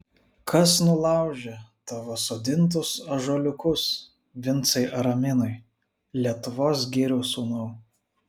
kas nulaužė tavo sodintus ąžuoliukus vincai araminai lietuvos girių sūnau